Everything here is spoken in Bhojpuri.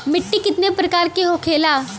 मिट्टी कितने प्रकार के होखेला?